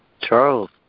Charles